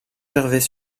gervais